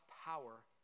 power